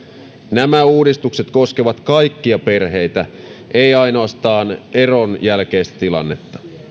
nämä uudistukset koskevat kaikkia perheitä eivät ainoastaan eron jälkeistä tilannetta